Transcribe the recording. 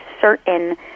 certain